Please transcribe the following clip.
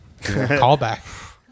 Callback